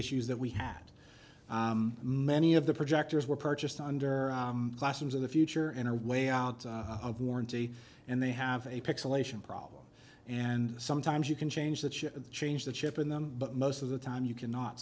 issues that we had many of the projectors were purchased under classrooms of the future and are way out of warranty and they have a pixelation problem and sometimes you can change the chip and change the chip in them but most of the time you cannot